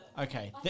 Okay